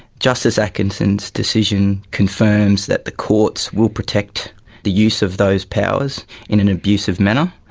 justice atkinson's decision confirms that the courts will protect the use of those powers in an abusive manner,